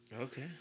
Okay